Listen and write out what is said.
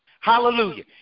Hallelujah